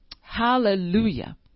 hallelujah